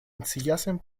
ensillasen